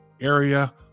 area